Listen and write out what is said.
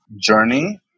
journey